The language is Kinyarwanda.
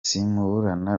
isimburana